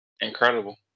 incredible